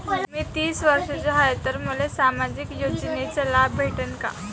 मी तीस वर्षाचा हाय तर मले सामाजिक योजनेचा लाभ भेटन का?